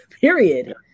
period